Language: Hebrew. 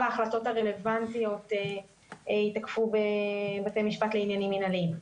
ההחלטות הרלוונטיות ייתקפו בבתי משפט לעניינים מינהליים.